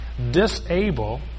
disable